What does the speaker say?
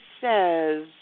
says